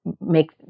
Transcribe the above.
make